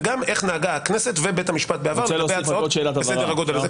וגם איך נהגו הכנסת ובית המשפט בעבר לגבי הצעות בסדר הגודל הזה?